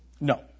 No